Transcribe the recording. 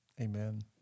Amen